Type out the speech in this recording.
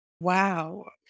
Wow